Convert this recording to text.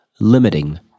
limiting